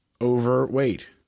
Overweight